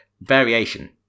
variation